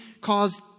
caused